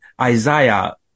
Isaiah